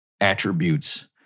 attributes